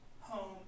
home